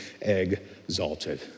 exalted